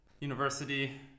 university